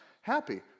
happy